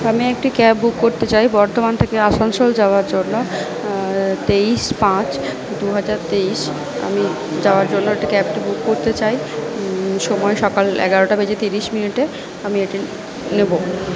আমি একটি cab book করতে চাই বর্ধমান থেকে আসানসোল যাওয়ার জন্য তেইশ পাঁচ দুহাজার তেইশ আমি যাওয়ার জন্য একটি ক্যাব বুক করতে চাই সময় সকাল এগারোটা বেজে তিরিশ মিনিটে আমি এটি নেব